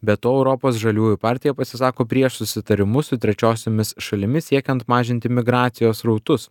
be to europos žaliųjų partija pasisako prieš susitarimus su trečiosiomis šalimis siekiant mažinti migracijos srautus